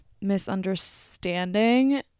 misunderstanding